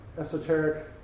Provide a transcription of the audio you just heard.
esoteric